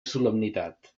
solemnitat